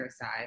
side